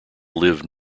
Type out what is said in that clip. live